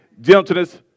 Gentleness